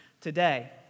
today